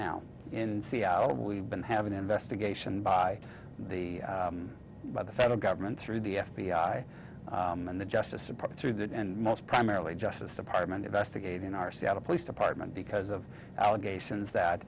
now in seattle we've been having investigation by the by the federal government through the f b i and the justice supported through that and most primarily justice department investigate in our seattle police department because of allegations that